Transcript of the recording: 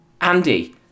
Andy